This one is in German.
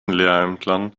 lehrämtlern